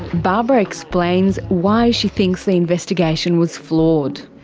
barbara explains why she thinks the investigation was flawed.